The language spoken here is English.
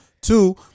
Two